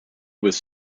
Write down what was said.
was